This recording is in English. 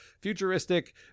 futuristic